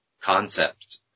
concept